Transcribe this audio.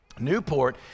Newport